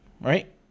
right